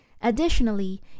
Additionally